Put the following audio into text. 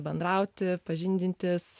bendrauti pažindintis